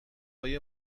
های